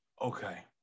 Okay